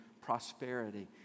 prosperity